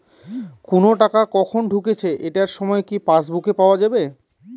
কোনো টাকা কখন ঢুকেছে এটার সময় কি পাসবুকে পাওয়া যাবে?